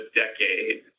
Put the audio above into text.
decade